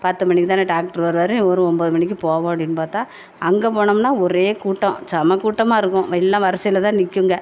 பத்து மணிக்குத்தானே டாக்ட்ரு வருவாரு ஒரு ஒம்பது மணிக்கு போவோம் அப்படின்னு பார்த்தா அங்கே போனோம்னா ஒரே கூட்டம் செம கூட்டமாயிருக்கும் எல்லாம் வருசையில் தான் நிற்குங்க